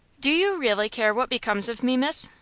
do you really care what becomes of me, miss?